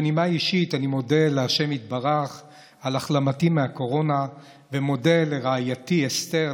בנימה אישית אני מודה לה' יתברך על החלמתי מהקורונה ומודה לרעייתי אסתר,